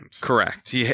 Correct